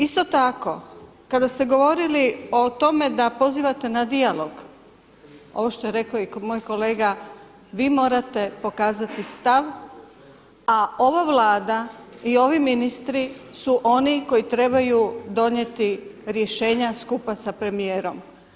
Isto tako, kada ste govorili o tome da pozivate na dijalog, ovo što je rekao i moj kolega, vi morate pokazati stav, a ova Vlada i ovi ministri su oni koji trebaju donijeti rješenja skupa sa premijerom.